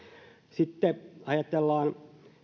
sitten ajatellaan